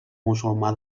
musulmà